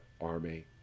army